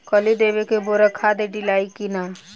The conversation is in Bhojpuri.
कली देवे के बेरा खाद डालाई कि न?